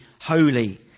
holy